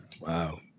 Wow